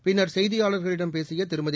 பின்னர் செய்தியாளர்களிடம் பேசிய திருமதி